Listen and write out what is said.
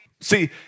See